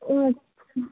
ও আচ্ছা